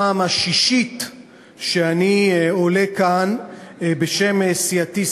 שאני עולה כאן בשם סיעתי,